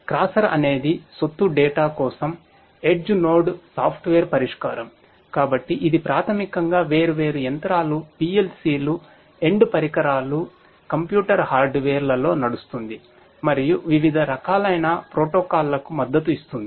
crosser లకు మద్దతు ఇస్తుంది